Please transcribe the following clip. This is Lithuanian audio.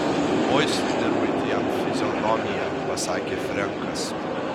oi sudirbai tu jam fizionomiją pasakė frenkas